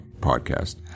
podcast